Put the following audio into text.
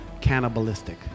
cannibalistic